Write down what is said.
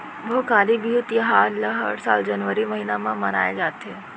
भोगाली बिहू तिहार ल हर साल जनवरी महिना म मनाए जाथे